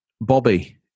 Bobby